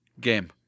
game